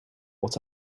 what